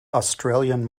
australian